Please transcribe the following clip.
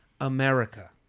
America